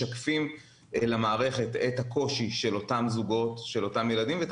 משקפים למערכת את הקושי של אותם זוגות של אותם ילדים ואת